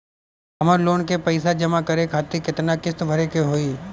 हमर लोन के पइसा जमा करे खातिर केतना किस्त भरे के होई?